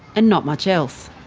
and not much else.